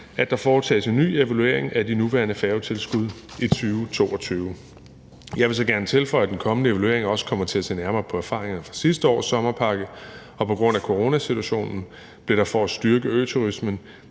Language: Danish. at der foretages en ny evaluering af de nuværende færgetilskud i 2022. Jeg vil så gerne tilføje, at den kommende evaluering også kommer til at se nærmere på erfaringerne fra sidste års sommerpakke. På grund af coronasituationen blev der for at styrke øturismen